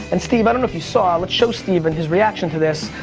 and steve, i don't know if you saw, let's show steve and his reaction to this.